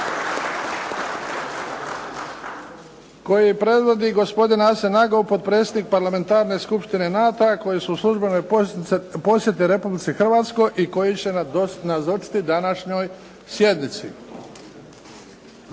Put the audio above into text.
koje predvodi Asen Agov, …/Pljesak./… potpredsjednik Parlamentarne skupštine NATO-a koji su u službenoj posjeti Republici Hrvatskoj i koji će nazočiti današnjoj sjednici.